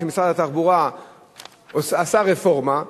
וזה מה שמשרד התחבורה עשה ברפורמה,